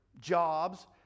jobs